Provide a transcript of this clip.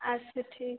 अच्छा ठीक